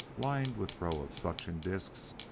lined with rows of suction discs,